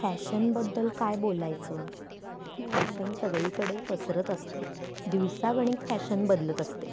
फॅशनबद्दल काय बोलायचं फॅशन सगळीकडे पसरत असते दिवसागणिक फॅशन बदलत असते